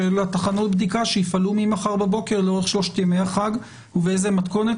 תחנות הבדיקה שיפעלו ממחר בבוקר לאורך שלושת ימי החג ובאיזה מתכונת.